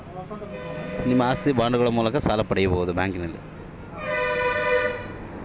ನಾವು ಆಸ್ತಿ ಬಾಂಡುಗಳ ಮೂಲಕ ಸಾಲ ಪಡೆಯಬಹುದಾ?